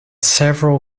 several